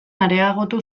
areagotu